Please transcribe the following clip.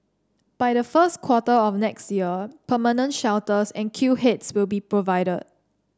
by the first quarter of next year permanent shelters and queue heads will be provided